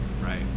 right